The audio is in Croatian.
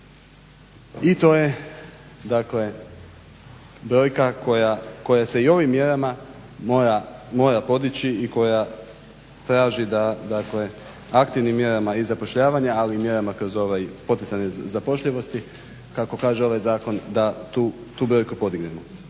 je dakle brojka koja se i ovim mjerama mora podići i koja traži da aktivnim mjerama i zapošljavanja, ali i mjerama kroz ovo poticanje zapošljivosti, kako kaže ovaj zakon da tu brojku podignemo.